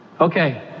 Okay